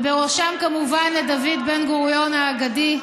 ובראשם כמובן לדוד בן-גוריון האגדי,